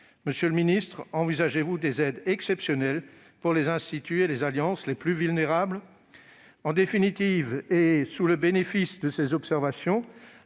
Monsieur le ministre, envisagez-vous des aides exceptionnelles pour les instituts et les alliances les plus vulnérables ? Sous le bénéfice de ces observations,